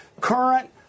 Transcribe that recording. current